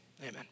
amen